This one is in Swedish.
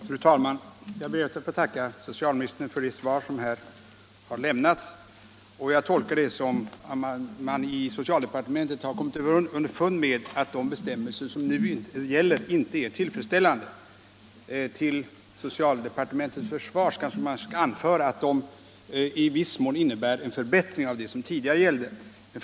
Fru talman! Jag ber att få tacka socialministern för det svar han lämnat. Jag tolkar svaret så att man i socialdepartementet kommit underfund med att de bestämmelser som nu gäller inte är tillfredsställande. Till socialdepartementets försvar skall sägas att de nuvarande bestämmelserna i viss mån innebär en förbättring i förhållande till vad som tidigare gällde.